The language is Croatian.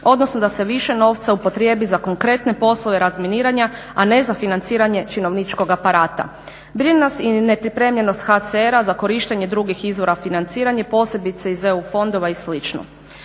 odnosno da se više novca upotrijebi za konkretne poslove razminiranja a ne za financiranje činovničkog aparata. Brine nas i nepripremljenost HCR-a za korištenje drugih izvora financiranja posebice iz EU fondova i